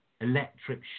electric